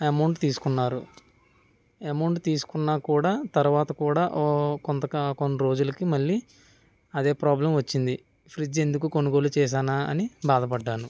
amount తీసుకున్నారు amount తీసుకున్న కూడా తర్వాత కూడా ఓ కొంత కొన్ని రోజులకి మళ్లీ అదే ప్రాబ్లం వచ్చింది ఫ్రిడ్జ్ ఎందుకు కొనుగోలు చేశానా అని బాధపడ్డాను